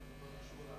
אדוני היושב-ראש,